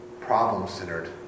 problem-centered